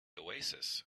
oasis